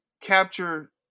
capture